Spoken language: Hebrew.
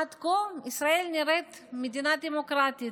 עד כה ישראל נראית מדינה דמוקרטית: